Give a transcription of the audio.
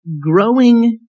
growing